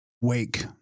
wake